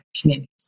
communities